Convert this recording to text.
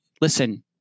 listen